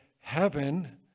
heaven